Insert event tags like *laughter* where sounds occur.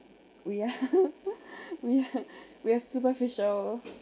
we *laughs* we *laughs* we are superficial